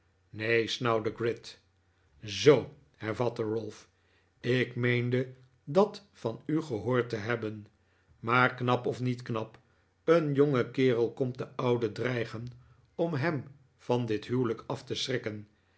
neen snauwde gride zoo hervatte ralph ik meende dat van u gehoord te hebben maar knap of niet knap een jonge kerel komt den oude dreigen om hem van dit vhuwelijk af te schrikken